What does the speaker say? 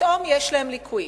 פתאום יש להם לקויות.